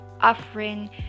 offering